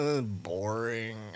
boring